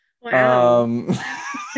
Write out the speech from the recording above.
Wow